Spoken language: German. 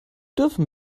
dürfen